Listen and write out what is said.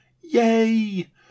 Yay